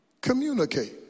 Communicate